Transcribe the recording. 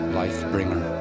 life-bringer